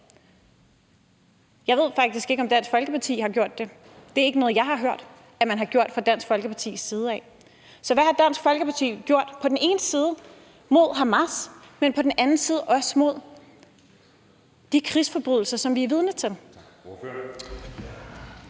Jeg ved faktisk ikke, om Dansk Folkeparti har gjort det. Det er ikke noget, jeg har hørt at man har gjort fra Dansk Folkepartis side. Så hvad har Dansk Folkeparti gjort mod Hamas på den ene side, men på den anden side også mod de krigsforbrydelser, som vi er vidne til?